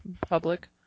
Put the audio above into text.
public